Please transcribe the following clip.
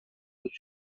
that